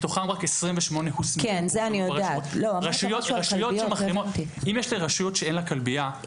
מתוכם רק 28 הוסמכו לתת --- אם יש רשות שאין לה כלבייה,